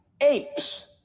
apes